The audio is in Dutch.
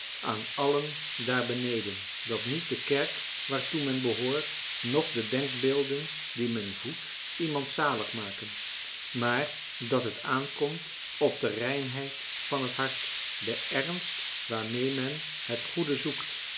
aan allen daarbeneden dat niet de kerk waartoe men behoort noch de denkbeelden die men voedt iemand zalig maken maar dat het aankomt op de reinheid van het hart den ernst waarmee men het goede zoekt